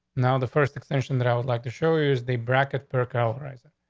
now, the first extension that i would like to show you is the bracket per colorizing.